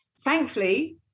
thankfully